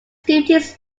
duties